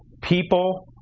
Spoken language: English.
people,